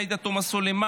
עאידה תומא סלימאן,